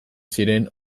ziren